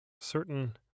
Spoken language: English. certain